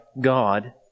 God